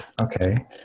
okay